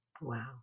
Wow